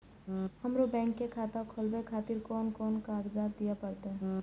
हमरो बैंक के खाता खोलाबे खातिर कोन कोन कागजात दीये परतें?